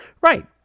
Right